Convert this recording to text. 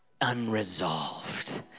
unresolved